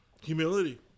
Humility